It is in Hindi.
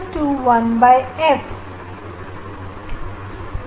एक बटा एफबी और यू लेकिन सोर्स दूरी या वस्तु दूरी जा इमेज दूरी